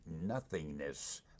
nothingness